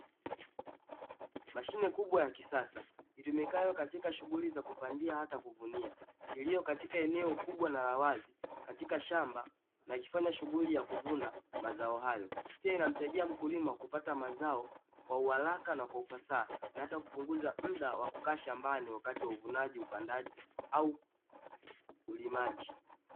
Mashine kubwa ya kisasa, itumikayo katika shuguli za kupandia hata kuvunia, iliyo katika eneo kubwa na la wazi katika shamba na ikifanya shughuli ya kuvuna mazao hayo. Pia inamsaidia mkulima kupata mazao kwa uharaka na kwa ufasaha, na hata kupunguza muda wa kukaa shambani wakati wa uvunaji, upandaji au ulimaji.